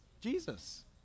Jesus